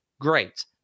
Great